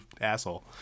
asshole